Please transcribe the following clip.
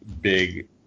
big